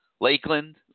Lakeland